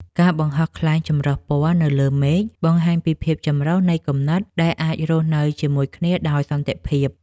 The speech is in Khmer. ការបង្ហោះខ្លែងចម្រុះពណ៌នៅលើមេឃ បង្ហាញពីភាពចម្រុះនៃគំនិតដែលអាចរស់នៅជាមួយគ្នាដោយសន្តិភាព។